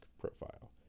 profile